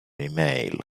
email